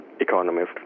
economists